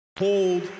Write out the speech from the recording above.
hold